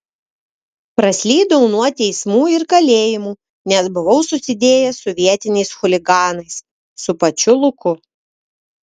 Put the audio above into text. praslydau nuo teismų ir kalėjimų nes buvau susidėjęs su vietiniais chuliganais su pačiu luku